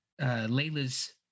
Layla's